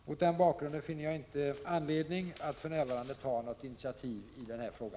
Mot denna bakgrund finner jag inte anledning att för närvarande ta något initiativ i denna fråga.